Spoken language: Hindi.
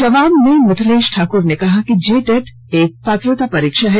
जवाब में मिथिलेश ठाकुर ने कहा कि जेटेट एक पात्रता परीक्षा है